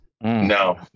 No